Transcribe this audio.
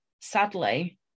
sadly